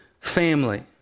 family